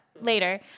Later